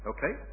Okay